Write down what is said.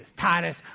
Titus